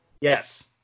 yes